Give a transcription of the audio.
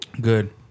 Good